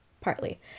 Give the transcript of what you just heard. partly